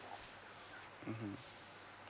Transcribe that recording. mmhmm